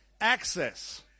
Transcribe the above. access